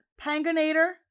Pangonator